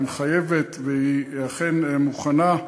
היא מחייבת, והיא אכן מוכנה.